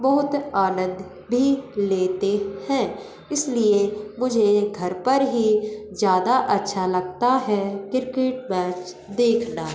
बहुत आनंद भी लेते हैं इसलिए मुझे घर पर ही ज़्यादा अच्छा लगता है क्रिकेट मैच देखना